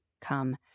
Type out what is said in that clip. come